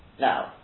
Now